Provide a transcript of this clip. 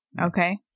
okay